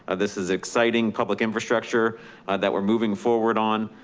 and this is exciting public infrastructure that we're moving forward on.